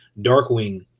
Darkwing